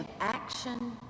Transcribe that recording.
action